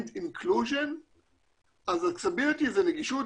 incaution אז accessibility זו נגישות,